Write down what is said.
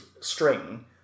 string